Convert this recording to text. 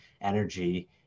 energy